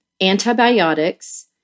antibiotics